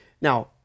now